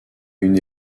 une